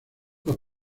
los